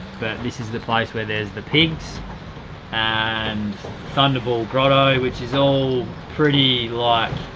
this is the place where there's the pigs and thunderball grotto which is all pretty, like,